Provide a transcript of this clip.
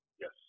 Yes